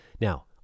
Now